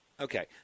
okay